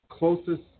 Closest